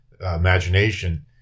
imagination